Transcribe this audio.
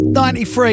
93